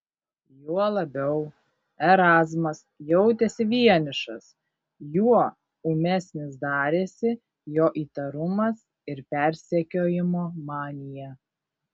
juo labiau erazmas jautėsi vienišas juo ūmesnis darėsi jo įtarumas ir persekiojimo manija